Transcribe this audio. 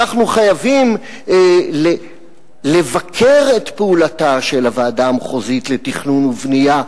אנחנו חייבים לבקר את פעולתה של הוועדה המחוזית לתכנון ובנייה,